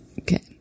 Okay